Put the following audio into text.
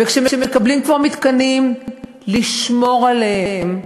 וכשמקבלים כבר מתקנים, לשמור עליהם.